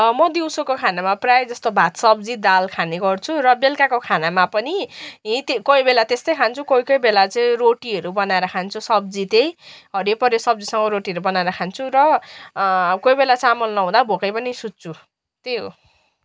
म दिउँसोको खानामा प्राय जस्तो भात सब्जी दाल खाने गर्छु र बेलुकीको खानामा पनि कोही बेला त्यस्तै खान्छु कोही कोही बेला चाहिँ रोटीहरू बनाएर खान्छु सब्जी त्यही हरियो परियो सब्जीसँग रोटीहरू बनाएर खान्छु र कोही बेला चामल नहुँदा भोक्कै पनि सुत्छु त्यही हो